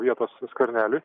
vietos skverneliui